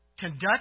Conduct